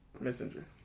Messenger